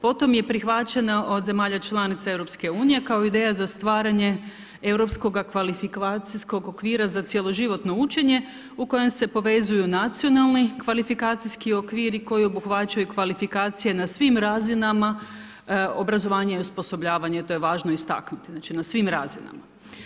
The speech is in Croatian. Potom je prihvaćeno od zemalja članica EU kao ideja za stvaranje Europskog kvalifikacijskog okvira za cjeloživotno učenje u kojem se povezuju Nacionalni kvalifikacijski okvir i koji obuhvaćaju kvalifikacije na svim razinama obrazovanja i osposobljavanja, a to je važno istaknuti, znači na svim razinama.